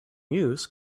use